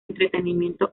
entretenimiento